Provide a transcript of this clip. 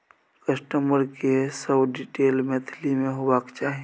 customer के सब detail Maithili में होबाक चाही